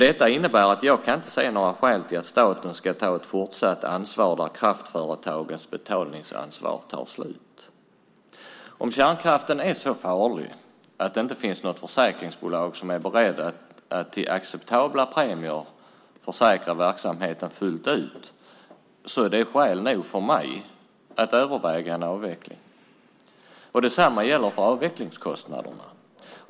Detta innebär att jag inte kan se några skäl till att staten ska ta ett fortsatt ansvar där kraftföretagens betalningsansvar tar slut. Om kärnkraften är så farlig att det inte finns något försäkringsbolag som är berett att till acceptabla premier försäkra verksamheten fullt ut är det skäl nog för mig att överväga en avveckling. Detsamma gäller för avvecklingskostnaderna.